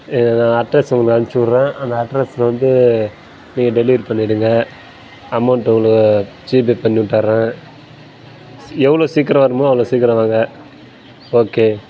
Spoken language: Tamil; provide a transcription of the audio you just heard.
அட்ரஸ் உங்களுக்கு அமுச்சிவிட்றேன் அந்த அட்ரஸ்ல வந்து நீங்கள் டெலிவரி பண்ணிடுங்க அமௌண்ட்டு உங்களுக்கு ஜிபே பண்ணிவிட்டறேன் சி எவ்வளோ சீக்கிரம் வரணுமா அவ்வளோ சீக்கிரம் வாங்க ஓகே